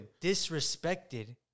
disrespected